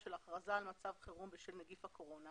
של הכרזה על מצב חירום בשל נגיף הקורונה